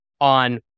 on